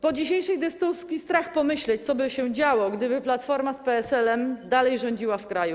Po dzisiejszej dyskusji strach pomyśleć, co by się działo, gdyby Platforma z PSL-em dalej rządzili w kraju.